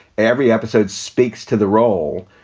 every episode speaks to the role.